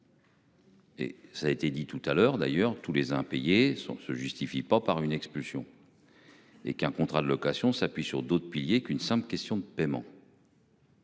Et ça a été dit tout à l'heure d'ailleurs tous les impayés sont se justifie pas par une expulsion. Et qu'un contrat de location s'appuie sur d'autres piliers qu'une simple question de paiement.